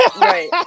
right